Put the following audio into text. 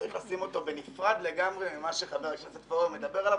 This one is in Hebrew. צריך לשים אותו בנפרד לגמרי ממה שחבר הכנסת פורר מדבר עליו,